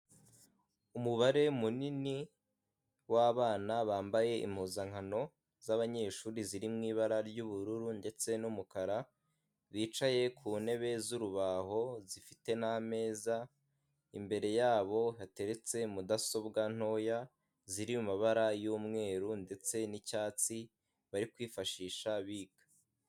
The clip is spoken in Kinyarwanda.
Umubare munini w’abana bambaye impuzankano z'abanyeshuri ziri mw’ibara ry'ubururu ndetse n'umukara, bicaye ku ntebe z'urubaho zifite n’ameza, imbere yabo hateretse mudasobwa ntoya ziri mabara y’umweru ndetse n'icyatsi bari kwifashisha biga.